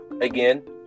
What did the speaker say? again